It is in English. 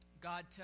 God